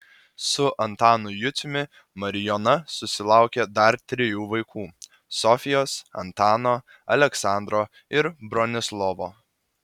su antanu juciumi marijona susilaukė dar trijų vaikų sofijos antano aleksandro ir bronislovo